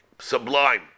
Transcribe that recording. sublime